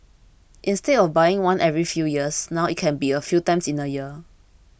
instead of buying one every few years now it can be a few times in a year